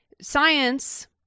science